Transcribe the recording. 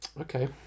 Okay